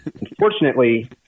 Unfortunately